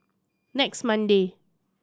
next Monday